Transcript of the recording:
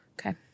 Okay